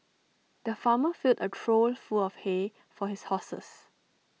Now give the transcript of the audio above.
the farmer filled A trough full of hay for his horses